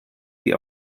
die